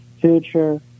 future